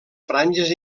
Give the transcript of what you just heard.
franges